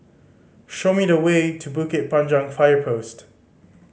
show me the way to Bukit Panjang Fire Post